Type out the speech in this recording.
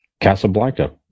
Casablanca